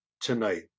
tonight